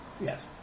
Yes